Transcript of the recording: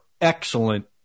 excellent